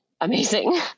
amazing